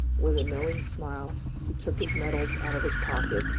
with a knowing smile, he took his medals out of his pocket,